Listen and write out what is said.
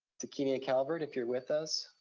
takinia calvert, if you're with us,